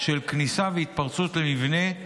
של כניסה והתפרצות למבנה,